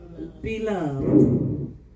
Beloved